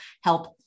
help